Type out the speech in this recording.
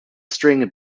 string